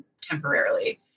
temporarily